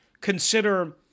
consider